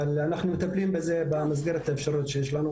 אבל אנחנו מטפלים בזה במסגרת האפשרויות שיש לנו.